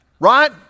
right